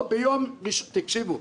תקשיבו,